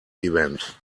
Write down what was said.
event